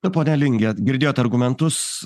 na pone linge girdėjot argumentus